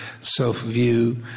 self-view